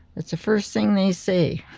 that's the first thing they say.